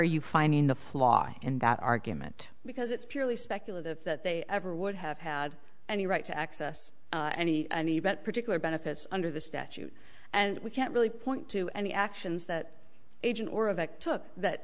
you finding the flaw in that argument because it's purely speculative that they ever would have had any right to access any particular benefits under the statute and we can't really point to any actions that agent or effect took that